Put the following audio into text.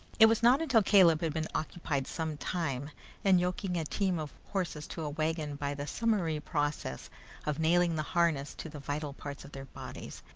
it was not until caleb had been occupied some time in yoking a team of horses to a waggon by the summary process of nailing the harness to the vital parts of their bodies,